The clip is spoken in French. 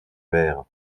verre